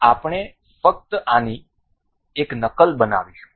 અને આપણે ફક્ત આની એક નકલ બનાવીશું